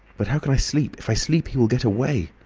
but how can i sleep? if i sleep he will get away.